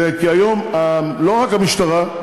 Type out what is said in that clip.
היום לא רק המשטרה,